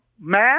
man